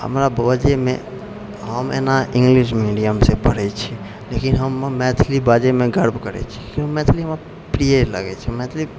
हमरा बजयमे हम एना इंग्लिश मीडियम से पढ़ैत छी लेकिन हम मैथिली बाजैमे गर्व करैत छी किआकि मैथिली हमरा प्रिय लगैत छै मैथिली